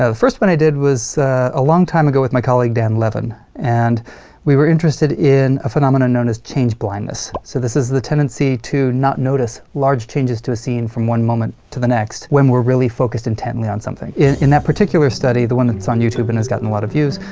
the first one i did was a long time ago with my colleague dan levin, and we were interested in a phenomenon known as change blindness. so this is the tendency to not notice large changes to a scene from one moment to the next when we're really focused intently on something. in that particular study, the one that's on youtube and has gotten a lot of views,